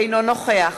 אינו נוכח